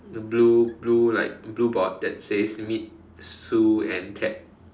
blue blue like blue board that says meet Sue and Ted